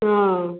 ହଁ